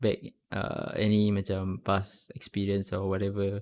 back uh any macam past experience or whatever